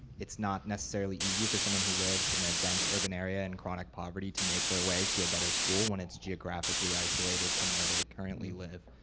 it's not necessarily easy for someone who lives in a dense urban area in chronic poverty to make their way to a better school when it's geographically isolated from where they currently live.